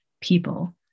people